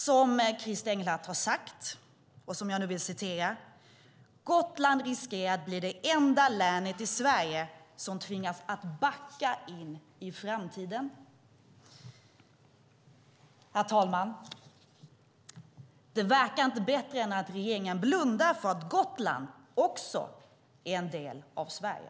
Som Christer Engelhardt sade: Gotland riskerar att bli det enda länet i Sverige som tvingas backa in i framtiden. Herr talman! Det verkar inte bättre än att regeringen blundar för att Gotland också är en del av Sverige.